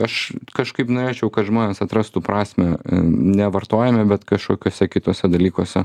aš kažkaip norėčiau kad žmonės atrastų prasmę ne vartojime bet kažkokiuose kituose dalykuose